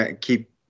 keep –